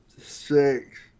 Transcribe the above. six